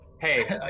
Hey